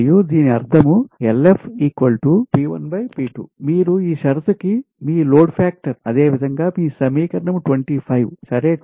మరియు దీని అర్థం మీరు ఈ షరతు కి మీ లోడ్ ఫాక్టర్ అదేవిధంగా మీ సమీకరణం 25 సరే